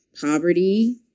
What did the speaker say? poverty